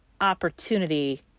opportunity